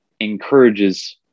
encourages